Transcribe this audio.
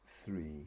Three